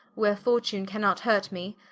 where fortune cannot hurt me,